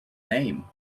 name